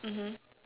mmhmm